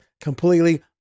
Completely